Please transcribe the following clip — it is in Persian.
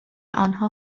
آنها